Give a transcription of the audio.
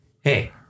hey